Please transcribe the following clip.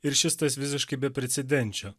ir šis tas visiškai beprecedenčio